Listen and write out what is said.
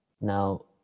Now